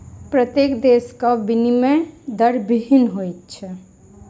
प्रत्येक देशक विनिमय दर भिन्न होइत अछि